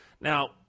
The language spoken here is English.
Now